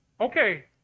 Okay